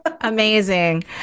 Amazing